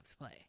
play